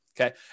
okay